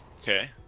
okay